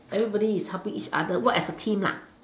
everybody is helping each other work as a team